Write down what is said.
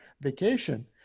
vacation